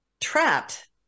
trapped